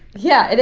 yeah,